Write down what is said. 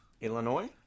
Illinois